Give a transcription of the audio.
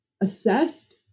assessed